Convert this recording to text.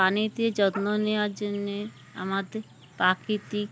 পানিতে যত্ন নেওয়ার জন্যে আমাদের প্রাকৃতিক